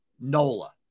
Nola